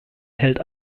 hält